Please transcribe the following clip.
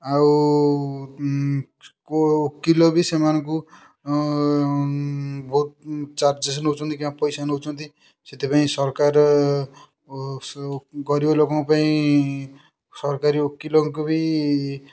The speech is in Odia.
ଆଉ କେଉଁ ଓକିଲ ବି ସେମାନଙ୍କୁ ବହୁତ ଚାର୍ଜେସ୍ ନେଉଛନ୍ତି କି ପଇସା ନେଉଛନ୍ତି ସେଥିପାଇଁ ସରକାର ଗରିବଲୋକଙ୍କ ପାଇଁ ସରକାରୀ ଓକିଲଙ୍କୁ ବି